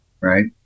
Right